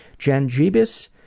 jean jebis,